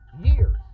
years